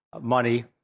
money